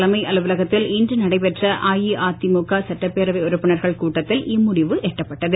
தலைமை அலுவலகத்தில் இன்று நடைபெற்ற அஇஅதிமுக சட்டப்பேரவை உறுப்பினர்கள் கூட்டத்தில் இம்முடிவு எட்டப்பட்டது